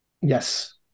Yes